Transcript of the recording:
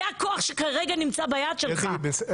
זה הכוח שנמצא ביד שלך כרגע.